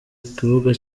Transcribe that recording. ikibuga